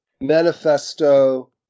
manifesto